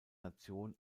nation